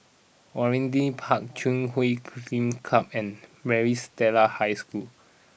Waringin Park Chui Huay Club and Maris Stella High School